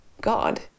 God